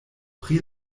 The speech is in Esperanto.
pri